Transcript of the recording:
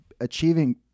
achieving